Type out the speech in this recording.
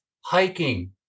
hiking